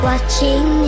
Watching